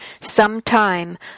sometime